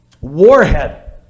warhead